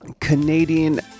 canadian